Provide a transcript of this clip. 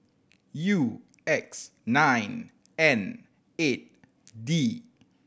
U X nine N eight D